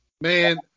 Man